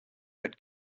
but